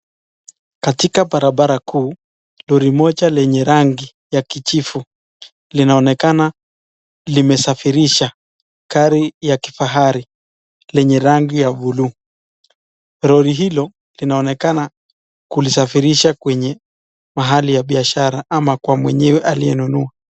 Katika barabara kuu Lori moja lenye rangi ya kijani linaoneka linasafirisha gari ya kifahari yenye rangi ya [ cs] blue ,Lori hili linaonnekana kulisafirisha kwenye mahali ta bishara ama Kwa mwenyewe aliyenunua.